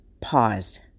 paused